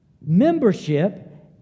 Membership